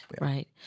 right